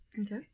Okay